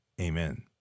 Amen